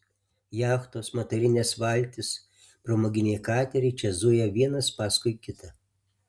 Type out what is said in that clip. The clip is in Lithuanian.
jachtos motorinės valtys pramoginiai kateriai čia zuja vienas paskui kitą